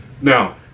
Now